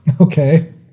Okay